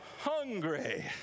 hungry